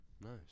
Nice